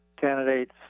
candidates